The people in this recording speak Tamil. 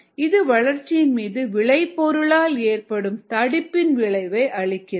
இது வளர்ச்சியின் மீது விளைபொருளால் ஏற்படும் தடுப்பின் விளைவை அளிக்கிறது